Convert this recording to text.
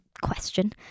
question